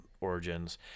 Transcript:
Origins